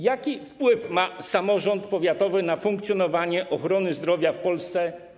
Jaki wpływ ma samorząd powiatowy na funkcjonowanie ochrony zdrowia w Polsce?